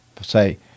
say